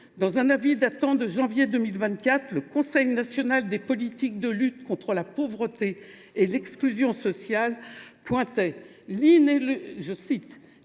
Dans un avis de janvier 2024, le Conseil national des politiques de lutte contre la pauvreté et l’exclusion sociale pointait « l’inéluctabilité